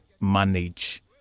manage